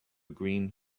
green